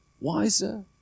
wiser